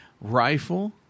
Rifle